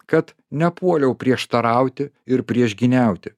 kad nepuoliau prieštarauti ir priešgyniauti